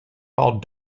titled